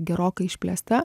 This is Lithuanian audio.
gerokai išplėsta